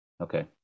Okay